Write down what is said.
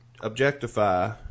Objectify